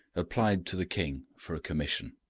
applied to the king for a commission.